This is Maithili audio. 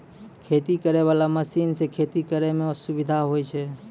खेती करै वाला मशीन से खेती करै मे सुबिधा होलो छै